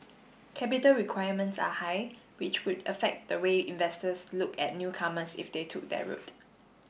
capital requirements are high which would affect the way investors looked at newcomers if they took that route